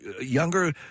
younger